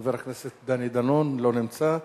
חבר הכנסת דני דנון, לא נמצא.